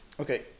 Okay